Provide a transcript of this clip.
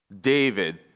David